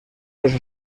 los